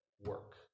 work